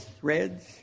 threads